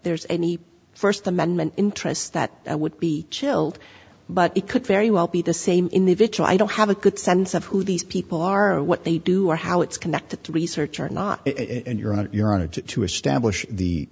there's any first amendment interests that would be chilled but it could very well be the same individual i don't have a good sense of who these people are or what they do or how it's connected to research or not and you're on your honor to establish the